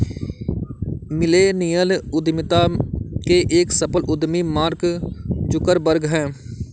millennial उद्यमिता के एक सफल उद्यमी मार्क जुकरबर्ग हैं